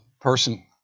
person